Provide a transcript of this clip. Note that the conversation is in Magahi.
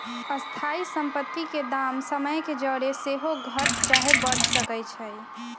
स्थाइ सम्पति के दाम समय के जौरे सेहो घट चाहे बढ़ सकइ छइ